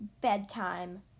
bedtime